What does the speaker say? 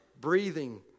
breathing